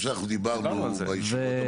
גם בנושא של ערעור בחירות,